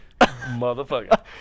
Motherfucker